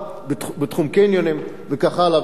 בתחום הקניונים וכך הלאה וכך הלאה.